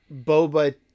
Boba